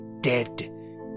dead